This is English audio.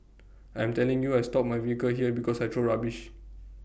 I am telling you I stop my vehicle here because I throw rubbish